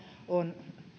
on